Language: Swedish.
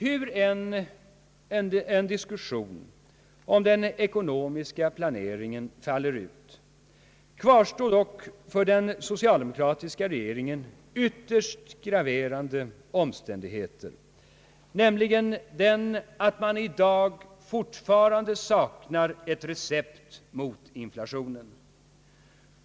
Hur än en diskussion om den ekonomiska planeringen faller ut, kvarstår dock den för den socialdemokratiska regeringen ytterst graverande omständigheten, att man i dag fortfarande saknar ett recept mot inflationen.